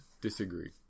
disagree